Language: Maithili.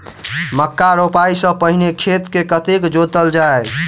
मक्का रोपाइ सँ पहिने खेत केँ कतेक जोतल जाए?